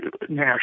National